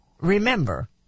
Remember